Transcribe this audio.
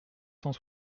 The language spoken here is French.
cent